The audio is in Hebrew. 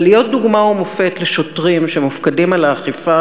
אבל להיות דוגמה ומופת לשוטרים שמופקדים על האכיפה,